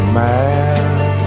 mad